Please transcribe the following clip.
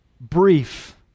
brief